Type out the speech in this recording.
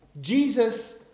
Jesus